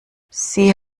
sie